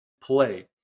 play